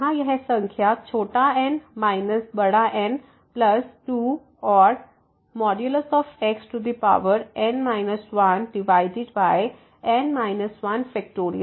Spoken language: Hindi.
तो यहाँ यह संख्या n N2 और xN 1N 1